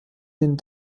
den